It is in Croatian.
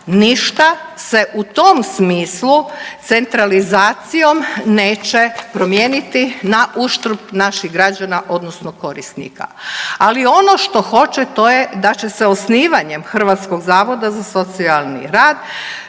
ništa se u tom smislu centralizacijom neće promijeniti na uštrb naših građana odnosno korisnika, ali ono što hoće to je da će se osnivanjem Hrvatskog zavoda za socijalni rad